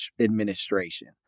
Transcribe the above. administration